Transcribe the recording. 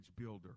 builder